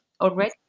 already